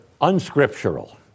unscriptural